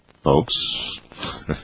folks